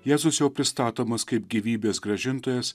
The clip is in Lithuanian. jėzus jau pristatomas kaip gyvybės grąžintojas